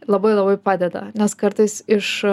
labai labai padeda nes kartais iš